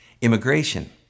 immigration